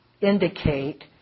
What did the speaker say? indicate